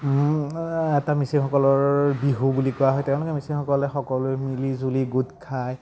এটা মিচিংসকলৰ বিহু বুলি কোৱা হয় তেওঁলোকে মিচিংসকলে সকলোৱে মিলিজুলি গোট খায়